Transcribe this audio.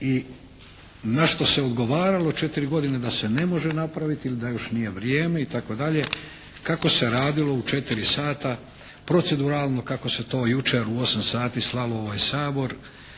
i na što se odgovaralo četiri godine da se ne može napraviti ili da još nije vrijeme itd. kako se radilo u četiri sata proceduralno kako se to jučer u osam sati slalo u ovaj Sabor,